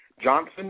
Johnson